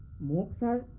looks no